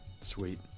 Sweet